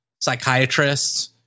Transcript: psychiatrists